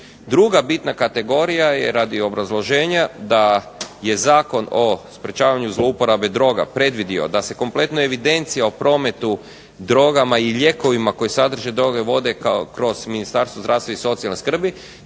Druga bitna kategorija je radi obrazloženja da je Zakon o sprječavanju zlouporabe droga predvidio da se kompletno evidencija o prometu drogama i lijekovima koji sadrže droge vode kroz Ministarstvo zdravstva i socijalne skrbi,